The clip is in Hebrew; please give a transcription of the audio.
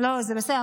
זה בסדר,